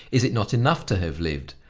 is it not enough to have lived?